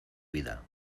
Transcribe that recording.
vida